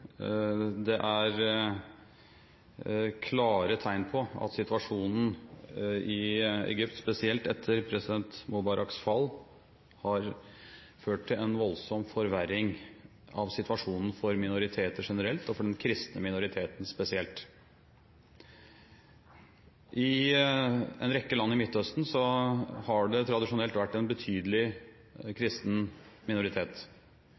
Det er klare tegn på at situasjonen i Egypt spesielt, etter president Mubaraks fall, har ført til en voldsom forverring av situasjonen for minoriteter generelt og for den kristne minoriteten spesielt. I en rekke land i Midtøsten har det tradisjonelt vært en betydelig kristen minoritet.